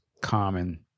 common